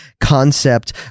concept